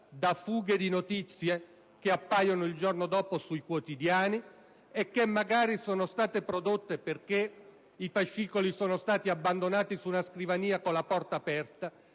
da fughe di notizie che appaiono il giorno dopo sui quotidiani e che magari sono state causate dal fatto che i fascicoli sono stati abbandonati sulla scrivania con la porta aperta